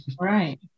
right